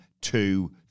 two